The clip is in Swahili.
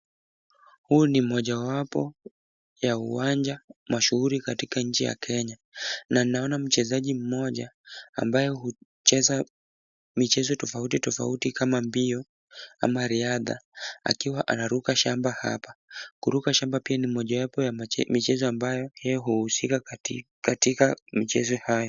Huu ni mojawapo ya uwanja mashuhuri katika nchi ya Kenya, na naona mchezaji mmoja ambaye hucheza michezo tofauti tofauti kama mbio ama riadha, akiwa anaruka shamba hapa. Kuruka shamba pia ni mojawapo ya michezo ambayo yeye huhusika katika michezo hayo.